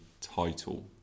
title